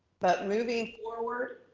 but moving forward.